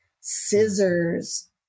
scissors